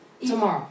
tomorrow